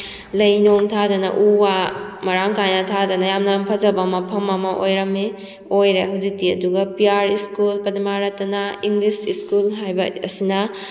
ꯂꯩ ꯅꯨꯡ ꯊꯥꯗꯅ ꯎ ꯋꯥ ꯃꯔꯥꯡ ꯀꯥꯏꯅ ꯊꯥꯗꯅ ꯌꯥꯝꯅ ꯐꯖꯕ ꯃꯐꯝ ꯑꯃ ꯑꯣꯏꯔꯝꯃꯤ ꯑꯣꯏꯔꯦ ꯍꯧꯖꯤꯛꯇꯤ ꯑꯗꯨꯒ ꯄꯤ ꯑꯥꯔ ꯏꯁꯀꯨꯜ ꯄꯥꯗꯥꯃꯥ ꯔꯇꯅꯥ ꯏꯪꯂꯤꯁ ꯏꯁꯀꯨꯜ ꯍꯥꯏꯕ ꯑꯁꯤꯅ